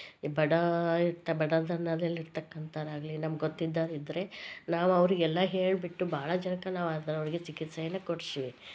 ಈ ಬಡ ಇರ್ತ ಬಡ ಇರ್ತಕ್ಕಂಥರಾಗ್ಲಿ ನಮ್ಗೆ ಗೊತ್ತಿದ್ದವ್ರು ಇದ್ದರೆ ನಾವು ಅವ್ರಿಗೆ ಎಲ್ಲ ಹೇಳಿಬಿಟ್ಟು ಭಾಳ ಜನಕ್ಕೆ ನಾವು ಆ ಥರ ಅವ್ರಿಗೆ ಚಿಕಿತ್ಸೆಯನ್ನು ಕೊಡಿಸೀವಿ